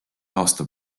aasta